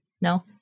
no